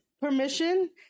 permission